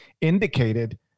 indicated